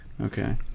Okay